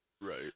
Right